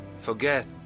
Forget